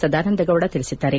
ಸದಾನಂದಗೌಡ ತಿಳಿಸಿದ್ದಾರೆ